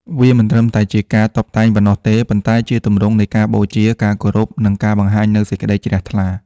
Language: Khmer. វាមិនត្រឹមតែជាការតុបតែងប៉ុណ្ណោះទេ ប៉ុន្តែជាទម្រង់នៃការបូជា ការគោរព និងការបង្ហាញនូវសេចក្តីជ្រះថ្លា។